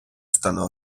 стану